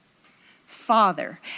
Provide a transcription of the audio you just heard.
father